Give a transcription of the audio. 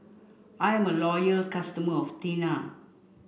I am a loyal customer of Tena